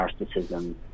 narcissism